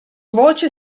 voce